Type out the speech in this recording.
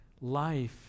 life